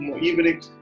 evening